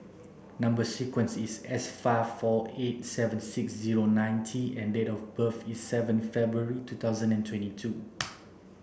number sequence is S five four eight seven six zero nine T and date of birth is seventh February two thousand and twenty two